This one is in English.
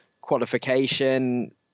qualification